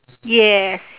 ya